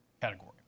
category